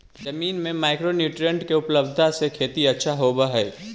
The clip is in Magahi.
जमीन में माइक्रो न्यूट्रीएंट के उपलब्धता से खेती अच्छा होब हई